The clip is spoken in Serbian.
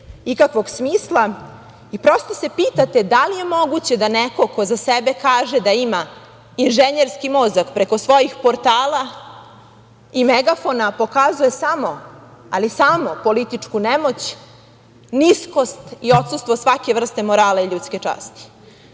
ikakvog smisla i prosto se pitate – da li je moguće da neko ko za sebe kaže da ima inženjerski mozak, preko svojih portala i megafona, pokazuje samo, ali samo političku nemoć, niskost i odsustvo svake vrste morala i ljudske časti.